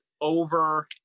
over